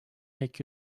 make